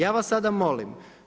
Ja vas sada molim.